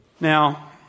Now